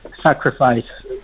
sacrifice